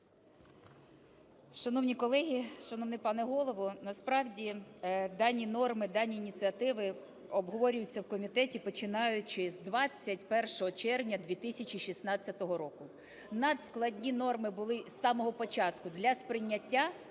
Шановні колеги, шановний пане Голово, насправді дані норми, дані ініціативи обговорюються в комітеті, починаючи з 21 червня 2016 року. Надскладні норми були з самого початку для сприйняття,